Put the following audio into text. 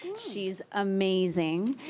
she's amazing.